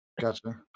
Gotcha